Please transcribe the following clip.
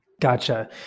Gotcha